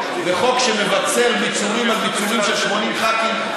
בחוק שמבצר ביצורים על ביצורים של 80 ח"כים,